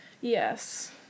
Yes